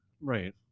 Right